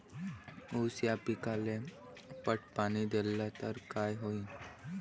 ऊस या पिकाले पट पाणी देल्ल तर काय होईन?